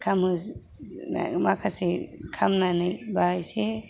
खामहोजोबदों माखासे खामनानै बा एसे